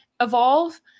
evolve